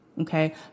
okay